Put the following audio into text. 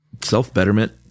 Self-betterment